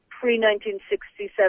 pre-1967